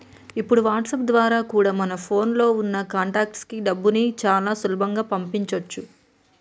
ఇప్పుడు వాట్సాప్ ద్వారా కూడా మన ఫోన్ లో ఉన్న కాంటాక్ట్స్ కి డబ్బుని చాలా సులభంగా పంపించొచ్చు